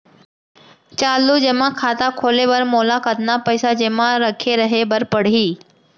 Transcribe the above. चालू जेमा खाता खोले बर मोला कतना पइसा जेमा रखे रहे बर पड़ही?